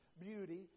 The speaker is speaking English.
beauty